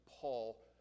Paul